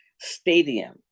stadium